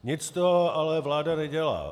Nic z toho ale vláda nedělá.